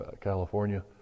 California